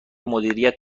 مدیریت